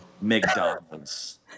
McDonald's